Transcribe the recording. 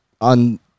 on